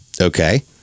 Okay